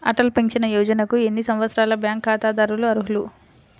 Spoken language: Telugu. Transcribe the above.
అటల్ పెన్షన్ యోజనకు ఎన్ని సంవత్సరాల బ్యాంక్ ఖాతాదారులు అర్హులు?